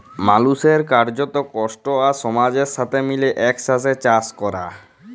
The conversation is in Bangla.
মালুসের কার্যত, কষ্ট আর সমাজের সাথে মিলে একসাথে চাস ক্যরা